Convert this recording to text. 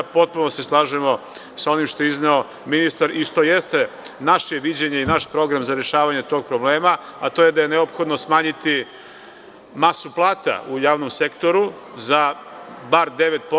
Potpuno se slažemo sa onim što je izneo ministar i što jeste naše viđenje i naš program za rešavanje tog problema, a to je da je neophodno smanjiti masu plata u javnom sektoru za bar 9%